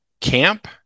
camp